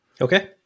Okay